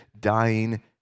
dying